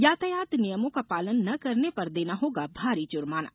यातायात नियमों का पालन न करने पर देना होगा भारी जुर्माना